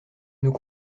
nous